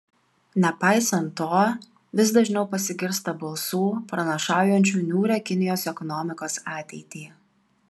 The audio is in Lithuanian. nepaisant to vis dažniau pasigirsta balsų pranašaujančių niūrią kinijos ekonomikos ateitį